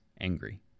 angry